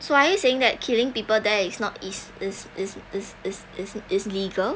so are you saying that killing people there is not is is is is is is is legal